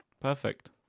Perfect